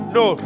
no